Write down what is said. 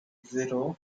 zero